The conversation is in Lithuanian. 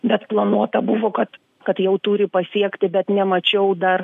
bet planuota buvo kad kad jau turi pasiekti bet nemačiau dar